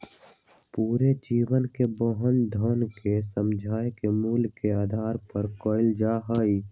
पूरे जीवन के वहन धन के सामयिक मूल्य के आधार पर कइल जा हई